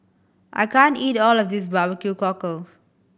I can't eat all of this barbecue cockle